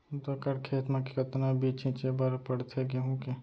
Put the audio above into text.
दो एकड़ खेत म कतना बीज छिंचे बर पड़थे गेहूँ के?